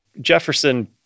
Jefferson